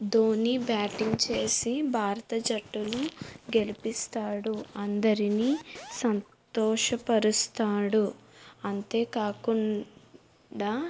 Dhoni batting చేసి భారత జట్టును గెలిపిస్తాడు అందరిని సంతోషపరుస్తాడు అంతే కాకుండా